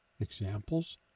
Examples